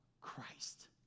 Christ